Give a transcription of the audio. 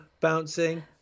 bouncing